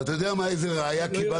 ואתה יודע מה, איזה ראייה קיבלתי?